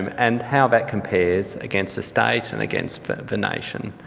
and how that compares against the state and against the nation.